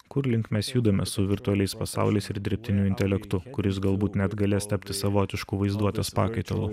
kurlink mes judame su virtualiais pasauliais ir dirbtiniu intelektu kuris galbūt net galės tapti savotišku vaizduotės pakaitalu